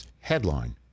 Headline